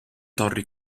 torri